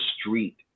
street